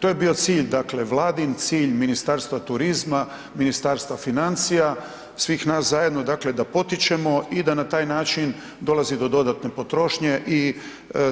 To je bio Vladin cilj, Ministarstva turizma, Ministarstva financija, svih nas zajedno da potičemo i da na taj način dolazi do dodatne potrošnje i